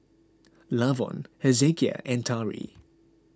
Lavon Hezekiah and Tari